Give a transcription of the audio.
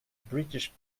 british